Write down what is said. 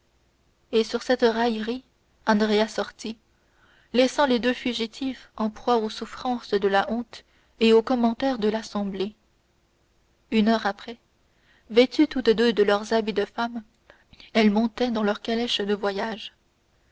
et sur cette raillerie andrea sortit laissant les deux fugitives en proie aux souffrances de la honte et aux commentaires de l'assemblée une heure après vêtues toutes deux de leurs habits de femmes elles montaient dans leur calèche de voyage